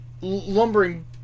lumbering